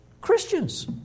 Christians